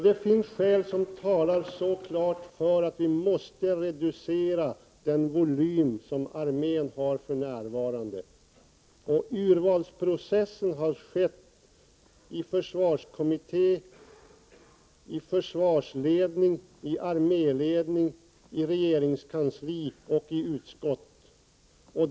Det finns skäl som talar så klart för att vi måste reducera den volym som armén har för närvarande. Urvalsprocessen har skett i försvarskommittén, i försvarsledningen, i arméledningen, i regeringskansliet och i utskottet.